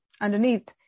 underneath